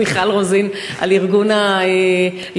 מיכל רוזין על ארגון היום,